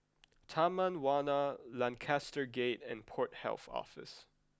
Taman Warna Lancaster Gate and Port Health Office